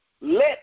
Let